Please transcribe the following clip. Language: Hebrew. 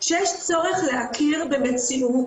שיש צורך להכיר במציאות